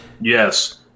Yes